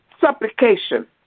supplication